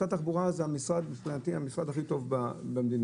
משרד התחבורה זה מבחינתי המשרד הכי טוב במדינה.